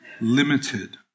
limited